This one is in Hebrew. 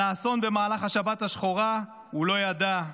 האסון במהלך השבת השחורה הוא לא ידע.